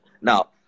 Now